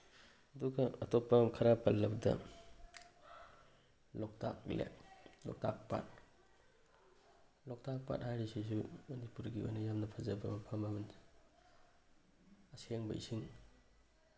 ꯑꯗꯨꯒ ꯑꯇꯣꯞꯄ ꯈꯔ ꯄꯜꯂꯕꯗ ꯂꯣꯛꯇꯥꯛ ꯂꯦꯛ ꯂꯣꯛꯇꯥꯛ ꯄꯥꯠ ꯂꯣꯛꯇꯥꯛ ꯄꯥꯠ ꯍꯥꯏꯔꯤꯁꯤꯁꯨ ꯃꯅꯤꯄꯨꯔꯒꯤ ꯑꯣꯏꯅ ꯌꯥꯝꯅ ꯐꯖꯕ ꯃꯐꯝ ꯑꯃꯅꯤ ꯑꯁꯦꯡꯕ ꯏꯁꯤꯡ